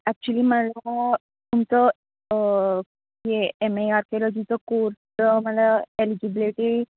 actually मला तुमचं हे एम ए आर्किओलॉजीचं कोर्सचं मला एलजीबलेटी